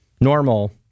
normal